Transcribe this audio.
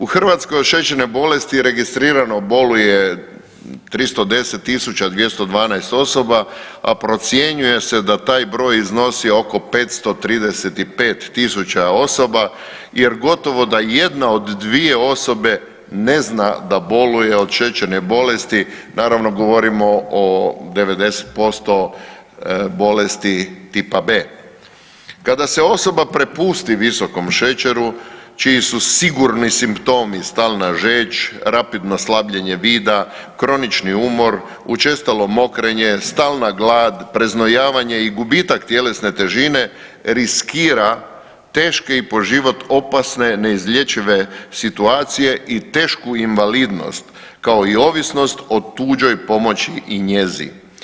U Hrvatskoj od šećerne bolesti registrirano boluje 310.212 osoba, a procjenjuje se da taj broj iznosi oko 535.000 osoba jer gotovo da jedna od dvije osobe ne zna da boluje od šećerne bolesti, naravno govorimo o 90% bolesti tipa B. Kada se osoba prepusti visokom šećeru čiji su sigurni simptomi stalna žeđ, rapidno slabljenje vida, kronični umor, učestalo mokrenje, stalna glad, preznojavanje i gubitak tjelesne težine riskira teške i po život opasne neizlječive situacije i tešku invalidnost kao i ovisnost o tuđoj pomoći i njezi.